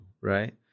right